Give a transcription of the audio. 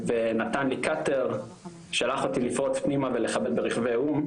ונתן לי קאטר שלח אותי לפרוץ פנימה ולקבל ברכבי או"ם,